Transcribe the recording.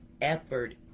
effort